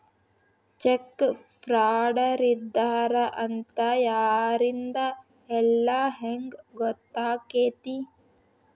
Check ಫ್ರಾಡರಿದ್ದಾರ ಅಂತ ಯಾರಿಂದಾ ಇಲ್ಲಾ ಹೆಂಗ್ ಗೊತ್ತಕ್ಕೇತಿ?